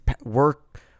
work